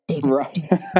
Right